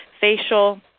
facial